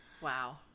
Wow